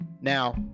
Now